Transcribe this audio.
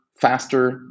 faster